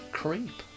creep